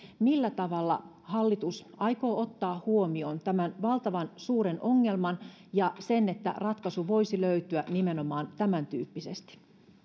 millä tavalla hallitus aikoo ottaa huomioon tämän valtavan suuren ongelman ja sen että ratkaisu voisi löytyä nimenomaan tämäntyyppisesti